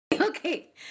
Okay